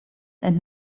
and